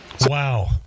Wow